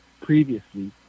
previously